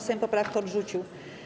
Sejm poprawkę odrzucił.